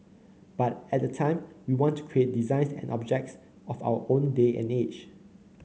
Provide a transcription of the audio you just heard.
but at the time we want to create designs and objects of our own day and age